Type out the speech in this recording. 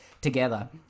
together